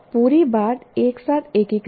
पूरी बात एक साथ एकीकृत है